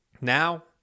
Now